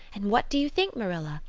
and what do you think, marilla?